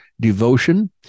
devotion